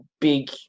big